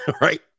right